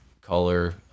color